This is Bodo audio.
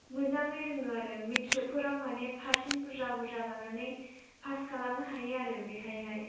मोजाङै रोङो आरो मेट्रिकफोराव माने पारसेन्ट बुरजा बुरजा लानानै पास खालामनो हायो आरो बेवहायहाय